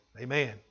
Amen